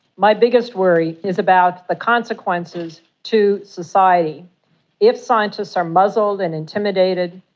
my biggest worry is about the consequences to society if scientists are muzzled and intimidated,